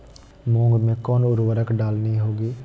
मूंग में कौन उर्वरक डालनी होगी?